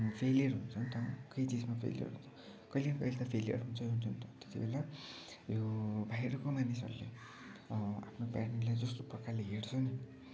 failure हुन्छन् त केही चिजमा फेलियर हुन्छौँ कहिले कहिले त फेलियर हुन्छौँ हुन्छौँ नि त त्यति बेला यो बाहिरको मानिसहरूले आफ्नो प्यारेन्टलाई जस्तो प्रकारले हेर्छ नि